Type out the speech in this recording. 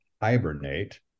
hibernate